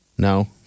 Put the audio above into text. No